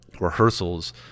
rehearsals